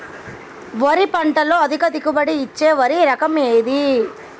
వరి పంట లో అధిక దిగుబడి ఇచ్చే వరి రకం ఏది?